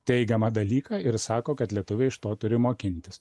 teigiamą dalyką ir sako kad lietuviai iš to turi mokintis